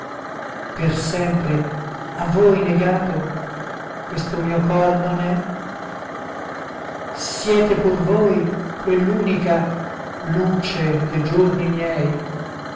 per sempre a voi negato questo mio cor non è siete pur voi quell'unica luce de giorni miei